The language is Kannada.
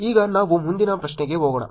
ಈಗ ನಾವು ಮುಂದಿನ ಪ್ರಶ್ನೆಗೆ ಹೋಗೋಣ